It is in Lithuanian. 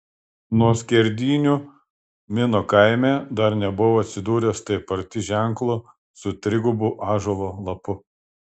nuo skerdynių mino kaime dar nebuvau atsidūręs taip arti ženklo su trigubu ąžuolo lapu